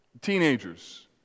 teenagers